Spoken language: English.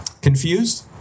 Confused